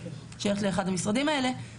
היא שייכת לאחד המשרדים האלה,